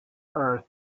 earth